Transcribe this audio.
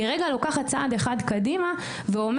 והיא רגע לוקחת צעד אחד קדימה ואומרת,